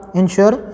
ensure